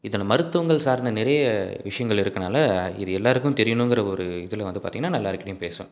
இதில் மருத்துவங்கள் சார்ந்த நிறைய விஷயங்கள் இருக்கிறனால இது எல்லாருக்கும் தெரியணுங்கிற ஒரு இதில் வந்து பாரத்தீங்கன்னா நான் எல்லாருக்கிட்டையும் பேசுவேன்